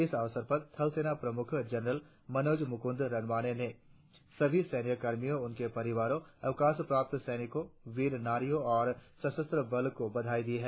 इस अवसर पर थलसेना प्रमुख जनरल मनोज मुकुंद नरवणे ने सभी सैन्य कर्मियों उनके परिवारों अवकाश प्राप्त सैनिकों वीर नारियो और सशस्त्र बलों को बधाई दी है